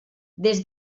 des